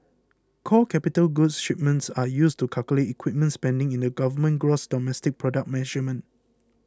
core capital goods shipments are used to calculate equipment spending in the government's gross domestic product measurement